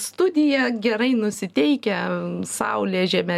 studiją gerai nusiteikę saulė žeme